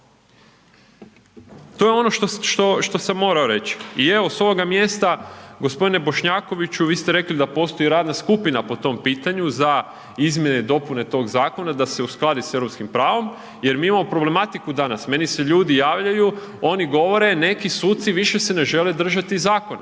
To je ono što sam morao reći i evo, s ovoga mjesta, g. Bošnjakoviću, vi ste rekli da postoji radna skupina po tom pitanju, za izmjene i dopune tog zakona, da se uskladi s europskim pravom jer mi imamo problematiku danas. Meni se ljudi javljaju, oni govore, neki suci više se ne žele držati zakona.